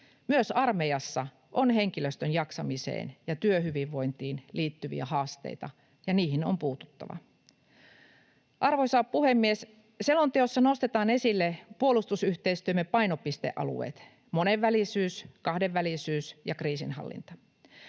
Myös armeijassa on henkilöstön jaksamiseen ja työhyvinvointiin liittyviä haasteita, ja niihin on puututtava. Arvoisa puhemies! Selonteossa nostetaan esille puolustusyhteistyömme painopistealueet: monenvälisyys, kahdenvälisyys ja kriisinhallinta.